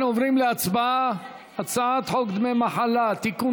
אנחנו עוברים להצבעה על הצעת חוק דמי מחלה (תיקון